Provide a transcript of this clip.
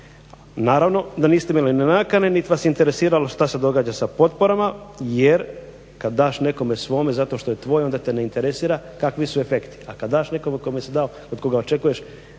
Naravno da niste imali ni nakane nit vas je interesiralo šta se događa sa potporama jer kad daš nekome svome zato što je tvoj onda te ne interesira kakvi su efekti, a kad daš nekome od koga očekuješ efekte, od koga očekuješ